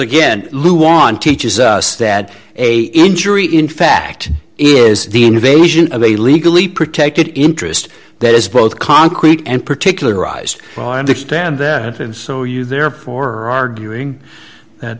again lou on teaching us that a injury in fact is the invasion of a legally protected interest that is both concrete and particularized well i understand that and so you therefore arguing that